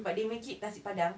but they make it nasi padang